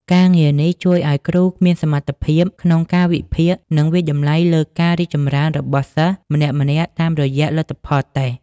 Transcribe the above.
ការងារនេះជួយឱ្យគ្រូមានសមត្ថភាពក្នុងការវិភាគ និងវាយតម្លៃលើការរីកចម្រើនរបស់សិស្សម្នាក់ៗតាមរយៈលទ្ធផលតេស្ត។